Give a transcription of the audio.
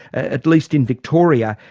at least in victoria,